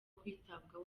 kwitabwaho